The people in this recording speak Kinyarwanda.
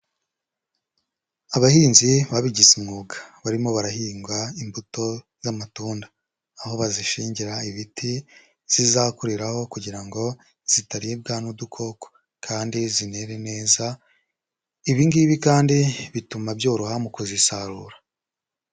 Abahinzi babigize umwuga, barimo barahinga imbuto z'amatunda. Aho bazishingira ibiti, zizakuriraho kugira ngo zitaribwa n'udukoko, kandi zinere neza, ibi ngibi kandi bituma byoroha mu kuzisarura.